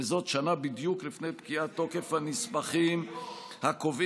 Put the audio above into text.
וזאת שנה בדיוק לפני פקיעת תוקף הנספחים הקובעים,